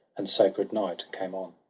and sacred night came on.